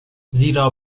زیرا